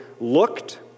looked